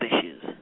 issues